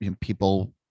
people